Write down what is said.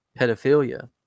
pedophilia